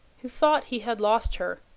who thought he had lost her,